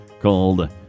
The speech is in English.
called